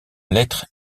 lettre